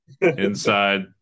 inside